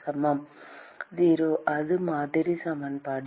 சமம் 0 அது மாதிரி சமன்பாடு